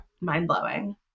mind-blowing